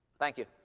thank you.